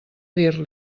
dir